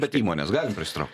bet įmones galim prisitraukt